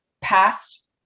past